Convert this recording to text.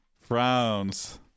frowns